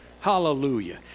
Hallelujah